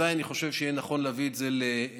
אזי אני חושב שיהיה נכון להביא את זה לתשומת